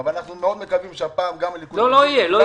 אנחנו מקווים מאוד שהפעם גם הליכוד יהיה איתנו,